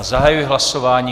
Zahajuji hlasování.